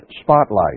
spotlight